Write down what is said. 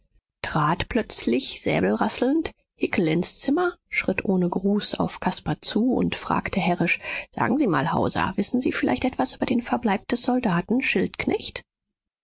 trat plötzlich säbelrasselnd hickel ins zimmer schritt ohne gruß auf caspar zu und fragte herrisch sagen sie mal hauser wissen sie vielleicht etwas über den verbleib des soldaten